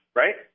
right